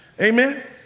Amen